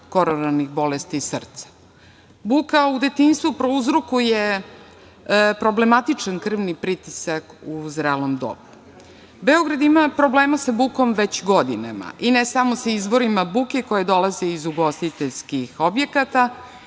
koronarnih bolesti srca. Buka u detinjstvu prouzrokuje problematičan krvni pritisak u zrelom dobru. Beograd ima problema sa bukom već godinama i ne samo sa izvorima buke koji dolaze iz ugostiteljskih objekata,